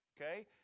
Okay